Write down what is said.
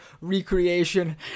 recreation